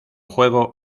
juego